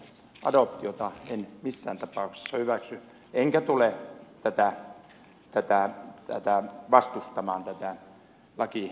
adoptiota en missään tapauksessa hyväksy enkä tule vastustamaan tätä lakivaliokunnan mietintöä